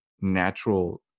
natural